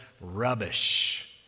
rubbish